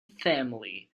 family